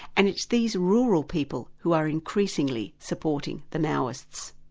and it's these rural people who are increasingly supporting the maoists.